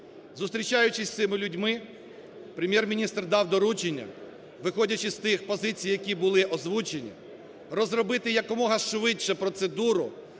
Зустрічаючись з цими людьми, Прем'єр-міністр дав доручення, виходячи з тих позицій, які були озвучені, розробити якомога швидше процедуру